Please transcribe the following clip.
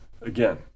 Again